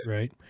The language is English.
Right